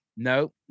No